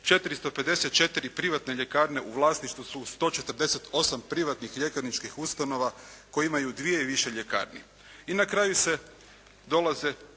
454 privatne ljekarne u vlasništvu su 148 privatnih ljekarničkih ustanova koje imaju dvije i više ljekarni. I na kraju dolaze